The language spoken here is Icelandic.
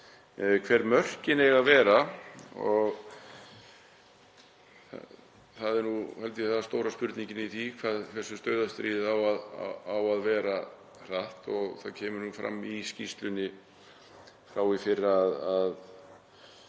Hver mörkin eiga að vera, það er nú held ég stóra spurningin í því hve dauðastríðið á að vera langt. Það kemur fram í skýrslunni frá því í fyrra að